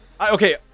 Okay